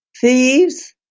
Thieves